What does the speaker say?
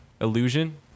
Illusion